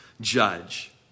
judge